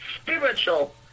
spiritual